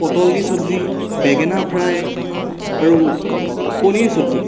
পটল দি চব্জি বেঙেনা ফ্ৰাই আৰু পনীৰ চব্জি